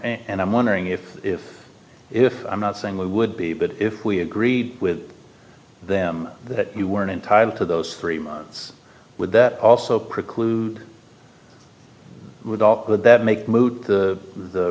and i'm wondering if if if i'm not saying we would be but if we agreed with them that you weren't entitled to those three months would that also preclude would that make moot the